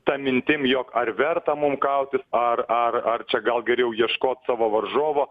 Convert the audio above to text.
ta mintim jog ar verta mum kautis ar ar ar čia gal geriau ieškot savo varžovo